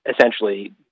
essentially